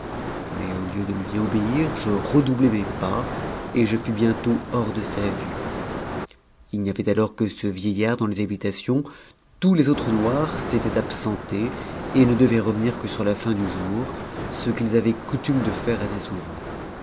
mais au lieu p lui obéir je redoublai mes pas et je fus bientôt hors de sa vue i n'y avait alors que ce vieihard dans les habitations tous les autres no s'étaient absentes et ne devaient revenir que sur la fin du jour ce nu avaient coutume de faire assez souvent